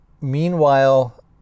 Meanwhile